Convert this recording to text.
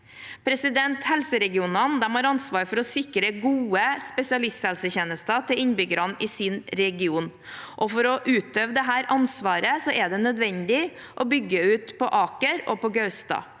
i 2026. Helseregionene har ansvar for å sikre gode spesialisthelsetjenester til innbyggerne i sin region. For å utøve dette ansvaret er det nødvendig å bygge ut på Aker og Gaustad.